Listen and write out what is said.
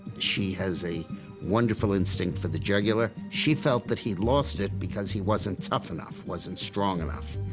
she has a wonderful instinct for the jugular. she felt that he lost it because he wasn't tough enough, wasn't strong enough.